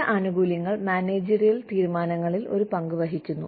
ചില ആനുകൂല്യങ്ങൾ മാനേജറിയൽ തീരുമാനങ്ങളിൽ ഒരു പങ്കു വഹിക്കുന്നു